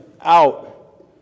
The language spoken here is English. out